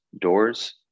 Doors